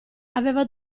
aveva